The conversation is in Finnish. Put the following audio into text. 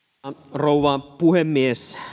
rouva puhemies